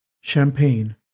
champagne